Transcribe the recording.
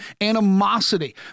animosity